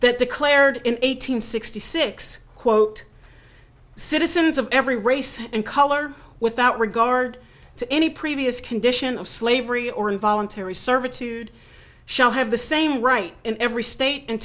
that declared in eight hundred sixty six quote citizens of every race and color without regard to any previous condition of slavery or involuntary servitude shall have the same right in every state and